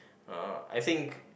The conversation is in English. uh I think